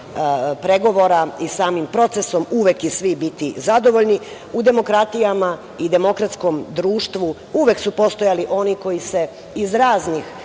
pregovora i samim procesom uvek i svi biti zadovoljni, u demokratijama i demokratskom društvu uvek su postojali oni koji se iz raznih